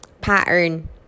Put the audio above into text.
pattern